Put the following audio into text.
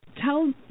Tell